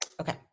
Okay